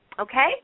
okay